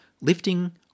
lifting